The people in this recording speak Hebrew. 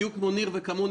בדיוק כמו ניר וכמוני,